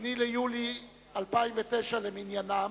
2 ביולי 2009 למניינם,